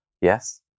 Yes